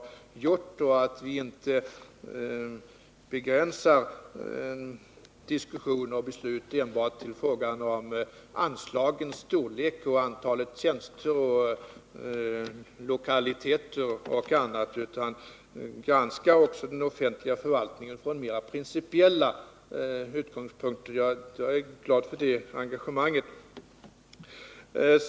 Det gläder mig också att vi inte begränsar diskussioner och beslut enbart till frågan om anslagens storlek och antalet tjänster samt lokaliteter och annat, utan att vi också granskar den offentliga förvaltningen från mera principiella utgångspunkter. Jag är alltså glad över det engagemanget.